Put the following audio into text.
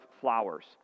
flowers